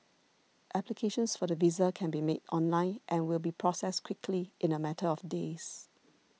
applications for the visa can be made online and will be processed quickly in a matter of days